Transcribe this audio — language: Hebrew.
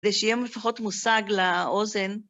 ושיהיה מפחות מושג לאוזן.